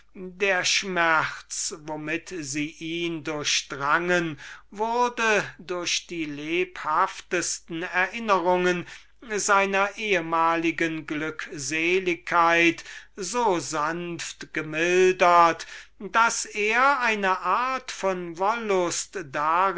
der schmerz womit sie ihn durchdrangen wurde durch die lebhaftesten erinnerungen seiner ehmaligen glückseligkeit so sanft gemildert daß er eine art von wollust